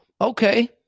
Okay